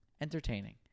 entertaining